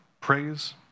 praise